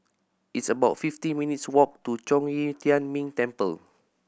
it's about fifty minutes' walk to Zhong Yi Tian Ming Temple